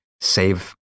save